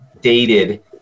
dated